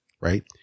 right